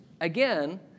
again